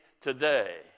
today